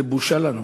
זו בושה לנו.